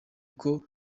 uko